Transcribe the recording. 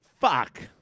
fuck